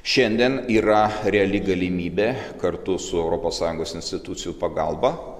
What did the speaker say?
šiandien yra reali galimybė kartu su europos sąjungos institucijų pagalba